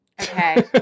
Okay